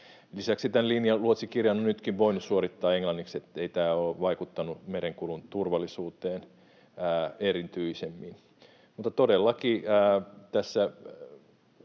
Lisäksi tämän linjaluotsinkirjan on nytkin voinut suorittaa englanniksi, eli ei tämä ole vaikuttanut merenkulun turvallisuuteen erityisemmin. Todellakin tässä